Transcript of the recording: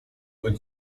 would